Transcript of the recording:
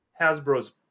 Hasbro's